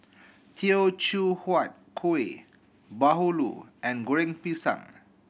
Teochew Huat Kuih bahulu and Goreng Pisang